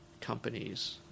companies